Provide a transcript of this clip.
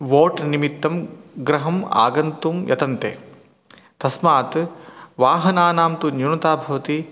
vote निमित्तं गृहम् आगन्तुं यतन्ते तस्मात् वाहनानां तु न्यूनता भवति